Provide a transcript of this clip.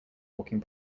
walking